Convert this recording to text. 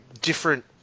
different